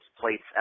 Plates